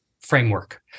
framework